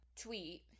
tweet